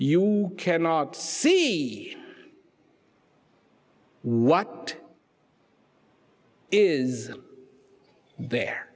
you cannot see what is there